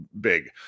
big